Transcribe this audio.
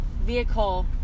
vehicle